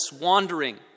wandering